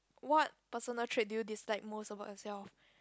what personal trait do you dislike most about yourself